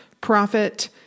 profit